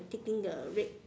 taking the red